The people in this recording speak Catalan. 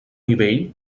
nivell